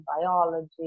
biology